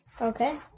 Okay